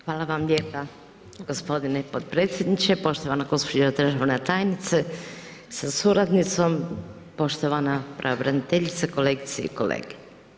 Hvala vam lijepa gospodine podpredsjedniče, poštovana gospođo državna tajnice sa suradnicom, poštovana pravobraniteljice, kolegice i kolege.